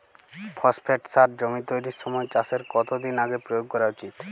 Phosphate সার জমি তৈরির সময় চাষের কত দিন আগে প্রয়োগ করা উচিৎ?